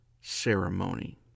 ceremony